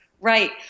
Right